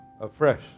afresh